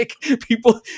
people